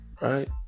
Right